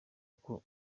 uko